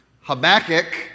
Habakkuk